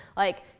like,